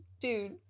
dude